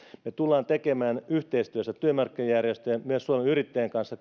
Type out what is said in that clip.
me tulemme tekemään yhteistyössä työmarkkinajärjestöjen myös suomen yrittäjien kanssa